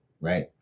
right